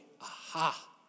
Aha